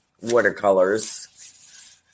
watercolors